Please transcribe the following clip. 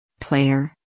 Player